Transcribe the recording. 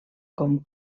com